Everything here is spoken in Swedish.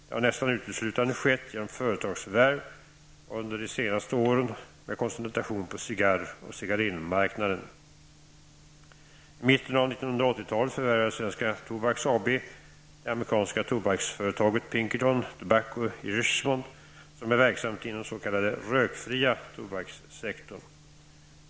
Det har nästan uteslutande skett genom företagsförvärv och under de senaste åren med koncentration på cigarr och cigarillmarknaden. Tobacco i Richmond, som är verksamt inom den s.k. rökfria tobakssektorn.